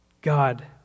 God